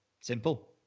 Simple